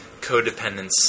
codependence